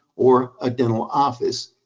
or a dental office.